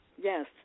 yes